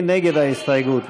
מי נגד ההסתייגות?